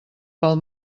pel